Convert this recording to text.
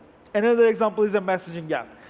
and another example is a message ing app.